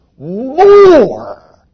More